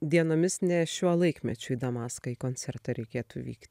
dienomis ne šiuo laikmečiu į damaską į koncertą reikėtų vykt